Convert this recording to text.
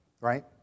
Right